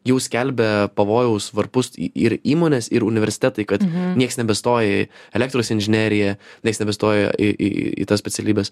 jau skelbia pavojaus varpus ir įmonės ir universitetai kad nieks nebestoja elektros inžineriją nieks nebestoja į į tas specialybes